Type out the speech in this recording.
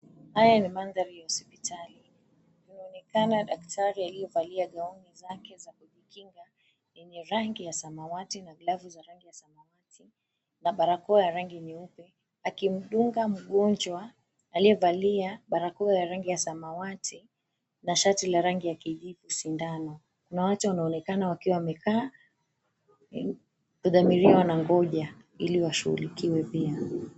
Haya ni mandhari ya sipitali kunaonekana daktari aliyevalia gauni zake za kujikinga yenye rangi ya samawati na glavu za rangi ya samawati na barakoa ya rangi nyeupe akimdunga mgonjwa aliyevalia barakoa ya rangi ya samawati na shati la rangi ya kijivu sindano, watu wanaonekana wakiwa wamekaa wakidhamiria wanangoja ili washuhulikiwe pia.